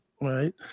Right